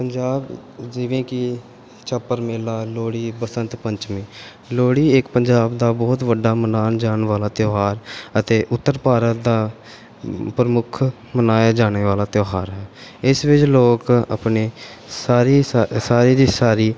ਪੰਜਾਬ ਜਿਵੇਂ ਕਿ ਛਪਾਰ ਮੇਲਾ ਲੋਹੜੀ ਬਸੰਤ ਪੰਚਮੀ ਲੋਹੜੀ ਇੱਕ ਪੰਜਾਬ ਦਾ ਬਹੁਤ ਵੱਡਾ ਮਨਾਉਣ ਜਾਣ ਵਾਲਾ ਤਿਉਹਾਰ ਅਤੇ ਉੱਤਰ ਭਾਰਤ ਦਾ ਪ੍ਰਮੁੱਖ ਮਨਾਏ ਜਾਣੇ ਵਾਲਾ ਤਿਉਹਾਰ ਹੈ ਇਸ ਵਿੱਚ ਲੋਕ ਆਪਣੇ ਸਾਰੀ ਸਾ ਸਾਰੀ ਦੀ ਸਾਰੀ